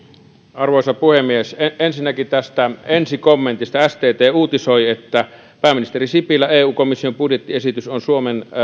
arvoisa puhemies ensinnäkin tästä ensikommentista stt uutisoi pääministeri sipilä eu komission budjettiesitys on suomen